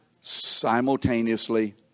simultaneously